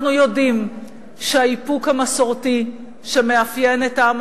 אנחנו יודעים שהאיפוק המסורתי שמאפיין את העם